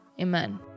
amen